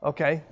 Okay